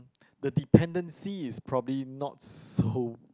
the dependency is probably not so